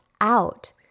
out